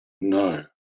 No